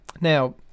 Now